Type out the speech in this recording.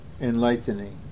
enlightening